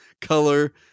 color